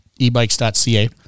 ebikes.ca